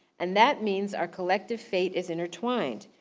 and that means our collective fate is intertwined,